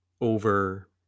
over